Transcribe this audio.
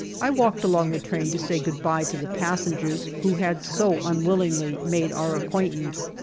i walked along the train to say goodbye to the passengers, who had so unwillingly made our acquaintance,